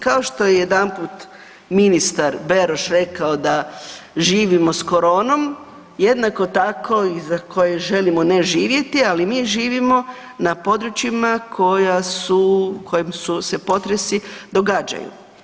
Kao što je jedanput ministar Beroš rekao da živimo s koronom, jednako tako iza koje želimo ne živjeti, ali mi živimo na područjima koja su, kojim se potresi događaju.